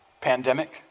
pandemic